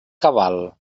cabal